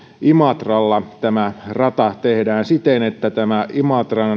imatralla tämä rata tehdään siten että tämä imatran